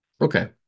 Okay